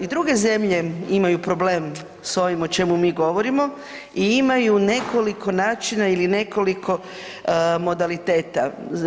I druge zemlje imaju problem s ovim o čemu mi govorimo i imaju nekoliko načina ili nekoliko modaliteta.